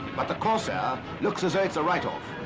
but the corsair looks as though it's a write-off.